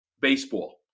baseball